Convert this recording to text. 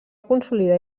consolidar